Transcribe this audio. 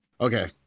okay